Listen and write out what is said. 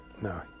no